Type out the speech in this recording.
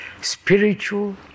spiritual